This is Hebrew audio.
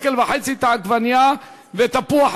שקל וחצי את העגבנייה ותפוח-אדמה,